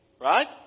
right